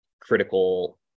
critical